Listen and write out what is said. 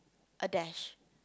a dash